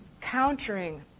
countering